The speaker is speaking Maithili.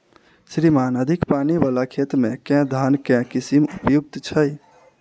श्रीमान अधिक पानि वला खेत मे केँ धान केँ किसिम उपयुक्त छैय?